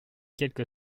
quelque